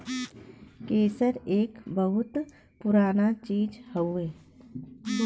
केसर एक बहुते पुराना चीज हउवे